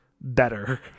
better